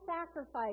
sacrifice